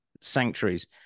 sanctuaries